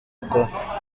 akora